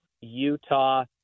Utah